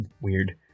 weird